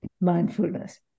mindfulness